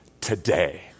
today